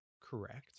correct